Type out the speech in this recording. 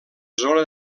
zona